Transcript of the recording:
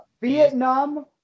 Vietnam